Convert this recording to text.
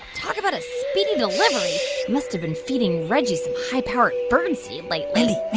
talk about a speedy delivery. i must've been feeding reggie some high-powered birdseed lately